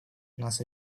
нас